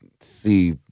see